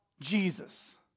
Jesus